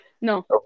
No